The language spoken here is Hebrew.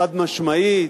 חד-משמעית,